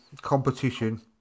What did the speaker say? competition